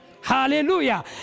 Hallelujah